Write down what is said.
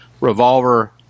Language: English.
Revolver